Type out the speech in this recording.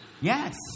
Yes